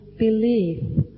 believe